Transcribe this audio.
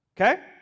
Okay